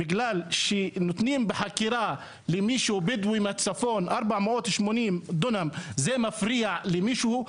בגלל שנותנים בחכירה למישהו בדואי מהצפון 480 דונם זה מפריע למישהו,